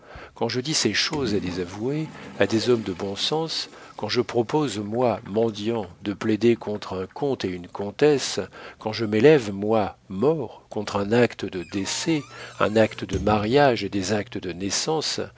quand je dis ces choses à des avoués à des hommes de bon sens quand je propose moi mendiant de plaider contre un comte et une comtesse quand je m'élève moi mort contre un acte de décès un acte de mariage et des actes de naissance